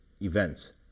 events